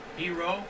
hero